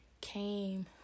came